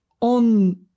On